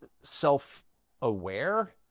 self-aware